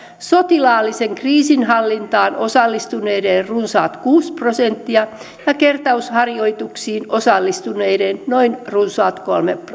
sotilaalliseen kriisinhallintaan osallistuneiden runsaat kuusi prosenttia ja kertausharjoituksiin osallistuneiden noin runsaat kolme